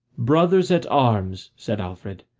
brothers at arms, said alfred,